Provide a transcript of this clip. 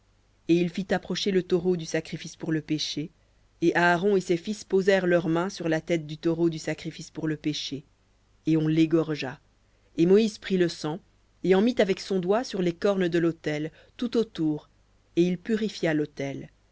et il fit approcher le taureau du sacrifice pour le péché et aaron et ses fils posèrent leurs mains sur la tête du taureau du sacrifice pour le péché et on l'égorgea et moïse prit le sang et en mit avec son doigt sur les cornes de l'autel tout autour et il purifia l'autel